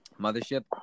Mothership